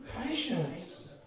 patience